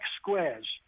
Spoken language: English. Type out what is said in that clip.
squares